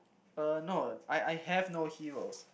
uh no I I have no heroes